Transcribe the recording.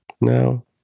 No